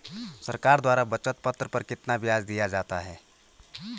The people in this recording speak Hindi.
सरकार द्वारा बचत पत्र पर कितना ब्याज दिया जाता है?